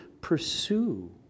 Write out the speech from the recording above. pursue